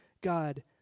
God